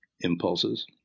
impulses